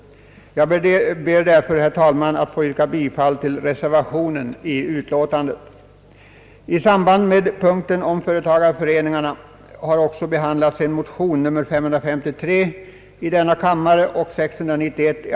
Jag ber därför, herr talman, att få yrka bifall till den reservation som är fogad vid utlåtandet. I samband med punkten om företagareföreningarna har också behandlats motionerna I:553 och II:691.